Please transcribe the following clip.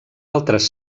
altres